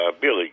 Billy